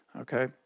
okay